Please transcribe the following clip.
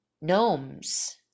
gnomes